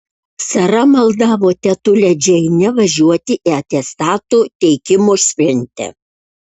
sara maldavo tetulę džeinę važiuoti į atestatų teikimo šventę